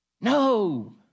No